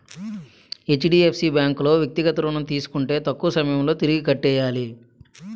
HDFC bank లో వ్యక్తిగత ఋణం తీసుకుంటే తక్కువ సమయంలో తిరిగి కట్టియ్యాల